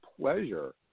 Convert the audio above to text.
pleasure